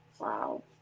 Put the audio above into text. Wow